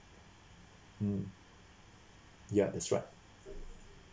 mm ya that's right